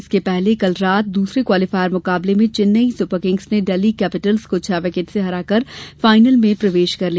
इसके पहले कल रात दूसरे क्वालिफायर मुकाबले में चैन्नई सुपरकिंग्स ने डेल्ही कैपिटल्स को छह विकेट से हरा कर फायनल में प्रवेश किया